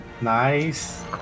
Nice